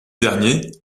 dernier